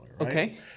Okay